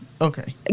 Okay